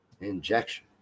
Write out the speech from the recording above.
injection